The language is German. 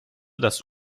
das